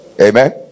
Amen